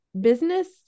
business